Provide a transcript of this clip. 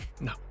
No